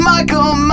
Michael